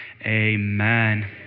Amen